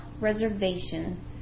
reservation